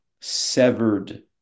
severed